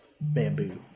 Bamboo